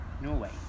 Norway